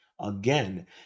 Again